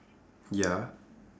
ya